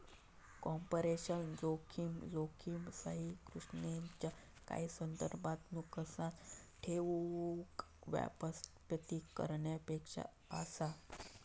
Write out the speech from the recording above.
operational जोखीम, जोखीम सहिष्णुतेच्यो काही स्तरांत नुकसान ठेऊक व्यवस्थापित करण्यायोग्य असा